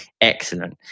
excellent